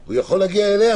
הוא יכול להגיע אליה.